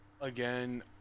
Again